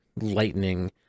lightning